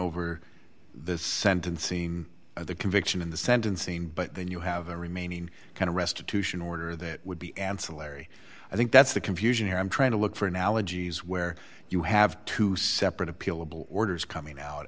over the sentencing of the conviction in the sentencing but then you have a remaining kind of restitution order that would be ancillary i think that's the confusion here i'm trying to look for analogies where you have two separate appealable orders coming out